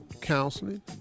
counseling